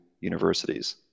universities